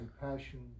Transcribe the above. passion